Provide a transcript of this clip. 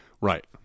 Right